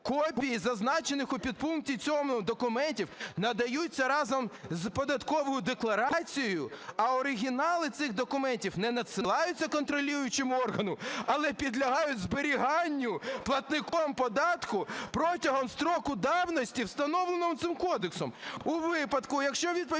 "копії зазначених у підпункті цього пункту документів надаються разом з податковою декларацією, а оригінали цих документів не надсилаються контролюючому органу, але підлягають зберіганню платником податку протягом строку давності, встановленому цим кодексом.